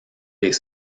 des